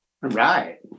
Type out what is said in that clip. Right